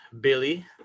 Billy